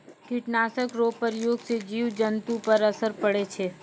कीट नाशक रो प्रयोग से जिव जन्तु पर असर पड़ै छै